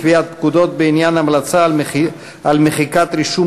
קביעת פקודות בעניין המלצה על מחיקת רישום